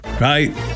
right